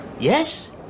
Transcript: Yes